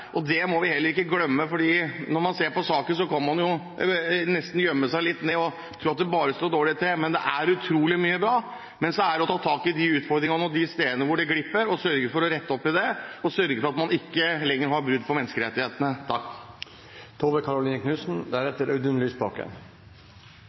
og det må vi heller ikke glemme. For når man ser på saken, kan man jo nesten gjemme seg litt og tro at det bare står dårlig til, men det er utrolig mye bra. Så er det å ta tak i de utfordringene og de stedene hvor det glipper, og sørge for å rette opp i det, og sørge for at man ikke lenger har brudd på menneskerettighetene.